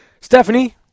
Stephanie